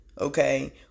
okay